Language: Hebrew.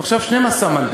אנחנו עכשיו 12 מנדטים.